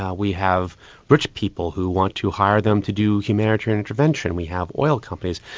ah we have rich people who want to hire them to do humanitarian intervention. we have oil companies.